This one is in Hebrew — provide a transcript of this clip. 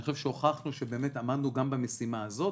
אני חושב שהוכחנו שעמדנו גם במשימה הזאת.